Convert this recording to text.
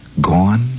gone